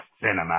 Cinema